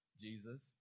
Jesus